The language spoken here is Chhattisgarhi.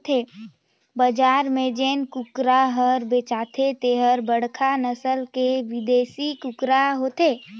बजार में जेन कुकरा हर बेचाथे तेहर बड़खा नसल के बिदेसी कुकरा होथे